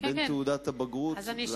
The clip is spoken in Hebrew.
לקבלת תעודת בגרות.